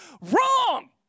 Wrong